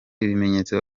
ibimenyetso